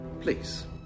please